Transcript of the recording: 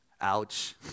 ouch